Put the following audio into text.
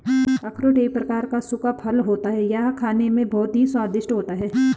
अखरोट एक प्रकार का सूखा फल होता है यह खाने में बहुत ही स्वादिष्ट होता है